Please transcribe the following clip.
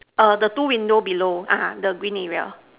err the two window below ah the green area